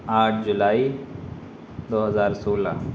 آٹھ جولائی دو ہزار سولہ